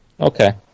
Okay